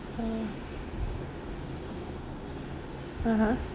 uh (uh huh)